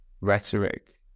rhetoric